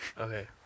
Okay